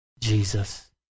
Jesus